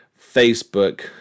Facebook